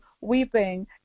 weeping